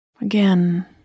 Again